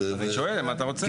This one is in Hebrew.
אני שואל אם אתה רוצה.